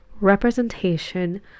representation